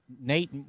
Nate